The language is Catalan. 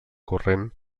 corrent